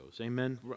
Amen